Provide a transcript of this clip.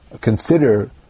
consider